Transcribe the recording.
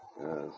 Yes